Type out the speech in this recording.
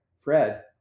Fred